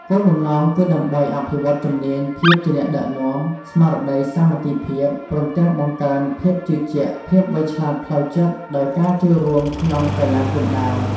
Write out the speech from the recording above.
គោលបំណងគឺដើម្បីអភិវឌ្ឍជំនាញភាពជាអ្នកដឹកនាំ ស្មារតីសាមគ្គីភាព ព្រមទាំងបង្កើនភាពជឿជាក់ ភាពវៃឆ្លាតផ្លូវចិត្ត ដោយការចូលរួមក្នុងកីឡាគុនដាវ។